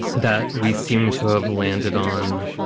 that we seem to have landed on.